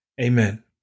Amen